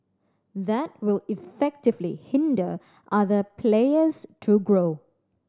that will effectively hinder other players to grow